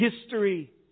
history